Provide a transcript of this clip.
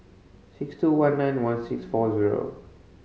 six two one nine one six four zero